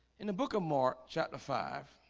in the book of mark chapter five